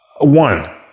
one